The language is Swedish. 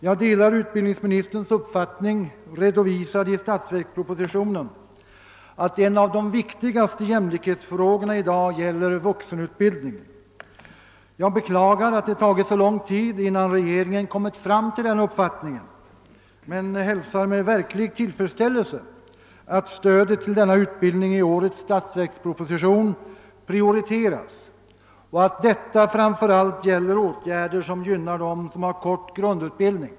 Jag delar utbildningsministerns uppfattning, redovisad i statsverkspropositionen, att en av de viktigaste jämlikhetsfrågorna i dag gäller vuxenutbildningen. Jag beklagar att det tagit så lång tid innan regeringen kommit fram till den uppfattningen, men jag hälsar med verklig tillfredsställelse att stödet till denna utbildning i årets statsverksproposition prioriterats och att detta framför allt gäller åtgärder som gynnar dem som har kort grundutbildning.